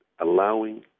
allowing